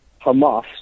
Hamas